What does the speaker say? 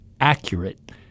accurate